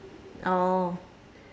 oh